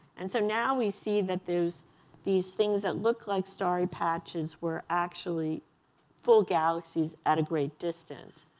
and so now we see that there's these things that look like starry patches were actually full galaxies at a great distance.